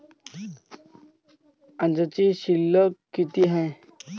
आजची शिल्लक किती हाय?